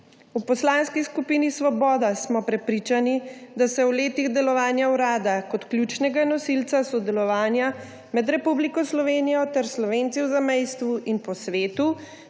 V Poslanski skupini Svoboda smo prepričani, da se v letih delovanja urada kot ključnega nosilca sodelovanja med Republiko Slovenijo ter Slovenci v zamejstvu in po svetu